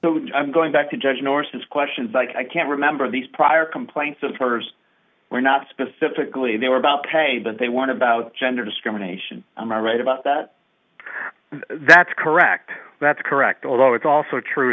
bar i'm going back to judge nor since questions like i can't remember these prior complaints of murders were not specifically they were about pay but they want to bout gender discrimination and i write about that that's correct that's correct although it's also true